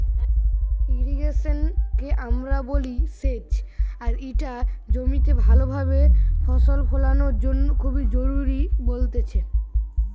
irrigation কে আমরা বলি সেচ আর ইটা জমিতে ভালো ভাবে ফসল ফোলানোর জন্য খুবই জরুরি বলতেছে